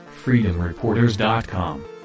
freedomreporters.com